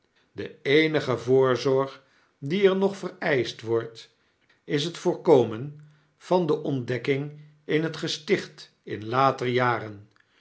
de eenige voorzorg die er nog vereischt wordt is hot voorkomen van de ontdekking in het gesticht in later jaren